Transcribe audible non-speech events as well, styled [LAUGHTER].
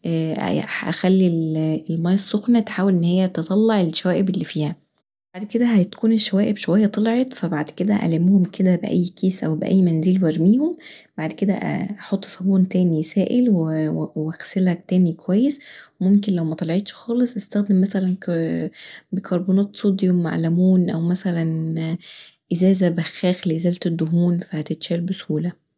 [HESITATION] اخلي الميه السخنه تحاول ان هيا تطلع الشوائب اللي فيها وبعد كدا هتكون الشوائب شويه طلعت فبعد كدا ألمهم بأي كيس او بأي منديل وارميهم وبعد كدا احط صابون تاني سائل واغسلها تاني كويس وممكن لو مطلعتش خالص استخدم مثلا بيكربونات صوديوم مع لمون او مثلا ازازه بخاخ لإزالة الدهون فتتشال بسهولة.